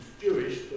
Jewish